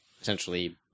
essentially